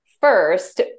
First